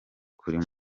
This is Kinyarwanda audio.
kuri